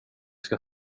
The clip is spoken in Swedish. ska